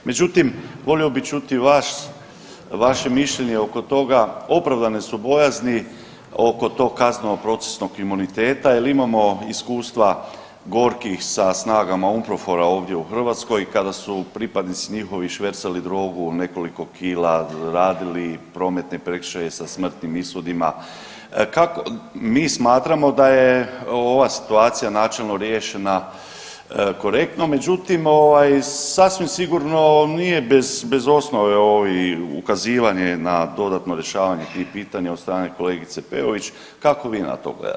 Međutim, volio bih čuti vas, vaše mišljenje oko toga, opravdane su bojazni oko tog kazneno procesnog imuniteta jer imamo iskustva gorkih sa snagama UNPROFOR-a ovdje u Hrvatskoj kada su pripadnici njihovi švercali drogu nekoliko kila, radili prometne prekršaje sa smrtnim ishodima, kako, mi smatramo da je ova situacija načelno riješena korektno međutim ovaj sasvim sigurno nije bez osnove ovi ukazivanje na dodatno rješavanje tih pitanja od strane kolegice Peović, kako vi na to gledate.